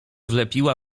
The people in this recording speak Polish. wlepiła